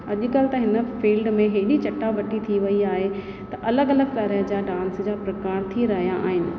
अॼु कल्ह त हिन फील्ड में हेॾी चटाभेटी थी वई आहे त अलॻि अलॻि तरह जा डांस जा प्रकार थी रहिया आहिनि